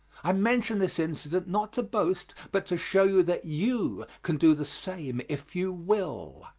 i mention this incident, not to boast, but to show you that you can do the same if you will.